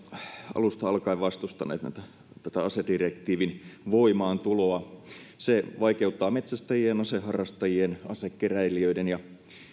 alusta alkaen vastustaneet tätä tätä asedirektiivin voimaantuloa se vaikeuttaa metsästäjien aseharrastajien asekeräilijöiden ja